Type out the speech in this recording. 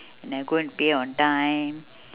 and I go and pay on time